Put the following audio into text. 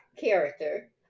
character